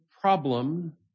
problem